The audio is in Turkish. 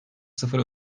sıfır